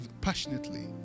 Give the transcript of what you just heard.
passionately